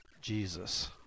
Jesus